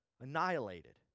annihilated